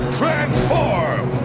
transform